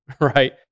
Right